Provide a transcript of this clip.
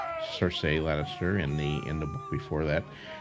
so cersei lannister in the in the book before that.